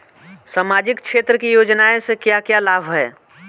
सामाजिक क्षेत्र की योजनाएं से क्या क्या लाभ है?